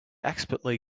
expertly